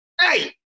Hey